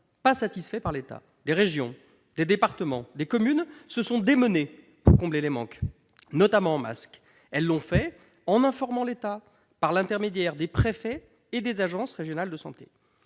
pas satisfaits par l'État. Des régions, des départements et des communes se sont démenés pour combler les manques, notamment en masques. Ils l'ont fait en informant l'État, par l'intermédiaire des préfets et des agences régionales de santé